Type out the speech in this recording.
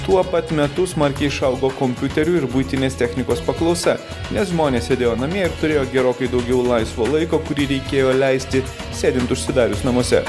tuo pat metu smarkiai išaugo kompiuterių ir buitinės technikos paklausa nes žmonės sėdėjo namie ir turėjo gerokai daugiau laisvo laiko kurį reikėjo leisti sėdint užsidarius namuose